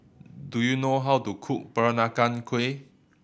do you know how to cook Peranakan Kueh